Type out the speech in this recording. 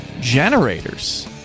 generators